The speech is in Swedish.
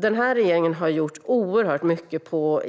Den här regeringen har gjort oerhört mycket på